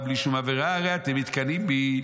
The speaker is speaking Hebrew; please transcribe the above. בלי שום עבירה הרי אתם מתקנאים בי,